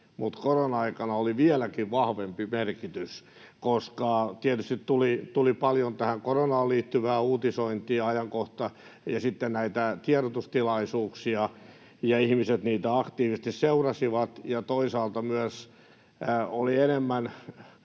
niin korona-aikana oli vieläkin vahvempi merkitys, koska tietysti tuli paljon koronaan liittyvää uutisointia ja ajankohtaista ja sitten näitä tiedotustilaisuuksia, joita ihmiset aktiivisesti seurasivat, ja kun toisaalta oli myös enemmän